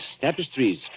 tapestries